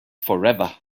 forever